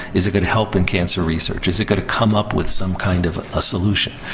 is it gonna help in cancer research? is it gonna come up with some kind of a solution?